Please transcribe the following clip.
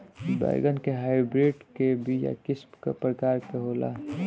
बैगन के हाइब्रिड के बीया किस्म क प्रकार के होला?